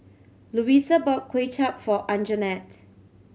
Luisa bought Kway Chap for Anjanette